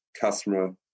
customer